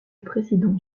président